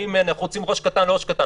האם אנחנו רוצים ראש קטן ראש קטן.